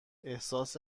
احساس